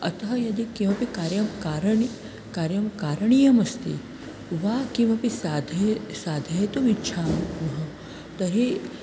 अतः यदि किमपि कार्यं कारणि कार्यं कारणीयमस्ति वा किमपि साध्यं साधयितुम् इच्छामः तर्हि